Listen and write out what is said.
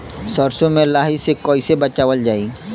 सरसो में लाही से कईसे बचावल जाई?